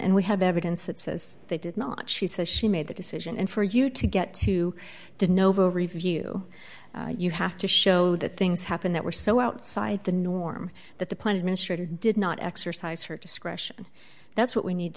and we have evidence that says they did not she says she made the decision and for you to get to did novo review you have to show that things happened that were so outside the norm that the plan administrator did not exercise her discretion that's what we need